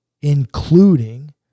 including